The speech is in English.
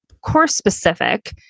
course-specific